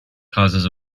causes